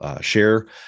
share